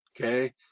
Okay